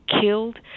killed